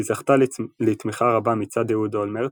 היא זכתה לתמיכה רבה מצד אהוד אולמרט,